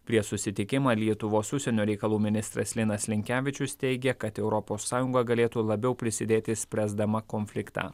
prieš susitikimą lietuvos užsienio reikalų ministras linas linkevičius teigia kad europos sąjunga galėtų labiau prisidėti spręsdama konfliktą